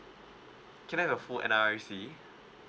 can I've your full N_R_I_C